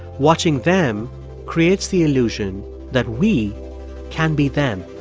watching them creates the illusion that we can be them.